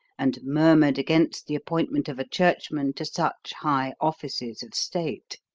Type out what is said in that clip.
and murmured against the appointment of a churchman to such high offices of state.